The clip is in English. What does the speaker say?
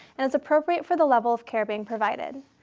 and is appropriate for the level of care being provided.